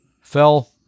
fell